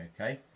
okay